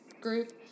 group